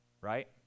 right